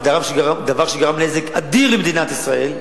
זה דבר שגרם נזק אדיר למדינת ישראל,